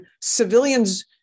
civilians